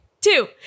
two